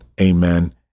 Amen